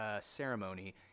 ceremony